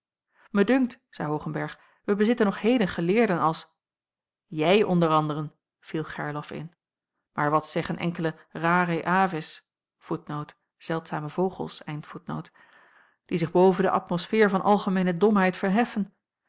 dunkt zeî hoogenberg wij bezitten nog heden geleerden als jij onder anderen viel gerlof in maar wat zeggen enkele rarae aves die zich boven de atmosfeer van algemeene domheid verheffen